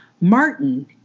Martin